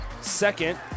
second